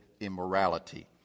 immorality